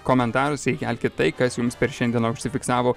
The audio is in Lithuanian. komentaruose įkelkit tai kas jums per šiandieną užsifiksavo